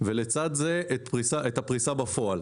ולצד זה את הפריסה בפועל.